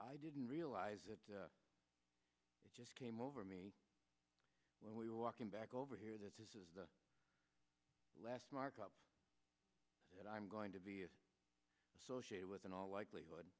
i didn't realize it just came over me when we were walking back over here this is the last markup that i'm going to be associated with in all likelihood